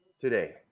today